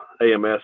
ams